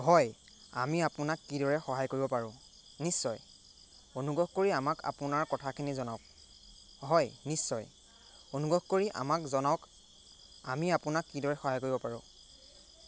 হয় আমি আপোনাক কিদৰে সহায় কৰিব পাৰো নিশ্চয় অনুগ্ৰহ কৰি আমাক আপোনাৰ কথাখিনি জনাওক হয় নিশ্চয় অনুগ্ৰহ কৰি আমাক জনাওক আমি আপোনাক কিদৰে সহায় কৰিব পাৰো